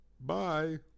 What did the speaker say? bye